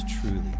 truly